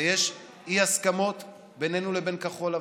ויש אי-הסכמות בינינו לבין כחול לבן,